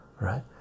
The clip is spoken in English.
Right